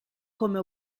come